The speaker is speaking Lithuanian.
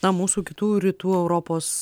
na mūsų kitų rytų europos